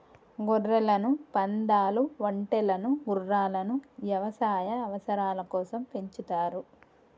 గొర్రెలను, పందాలు, ఒంటెలను గుర్రాలను యవసాయ అవసరాల కోసం పెంచుతారు